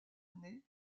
année